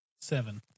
Seven